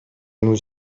nous